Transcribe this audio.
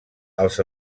els